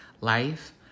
life